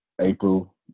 April